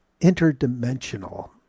interdimensional